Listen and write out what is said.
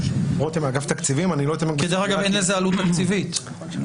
אין לזה עלות תקציבית.